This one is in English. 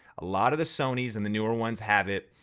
a lot of the sony's and the newer ones have it,